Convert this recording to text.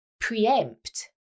preempt